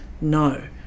no